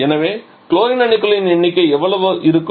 எனவே குளோரின் அணுக்களின் எண்ணிக்கை எவ்வளவு இருக்கும்